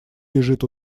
лежит